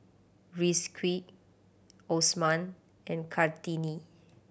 Rizqi Osman and Kartini